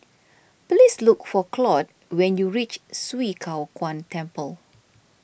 please look for Claud when you reach Swee Kow Kuan Temple